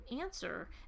answer